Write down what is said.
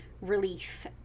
relief